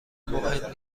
مهم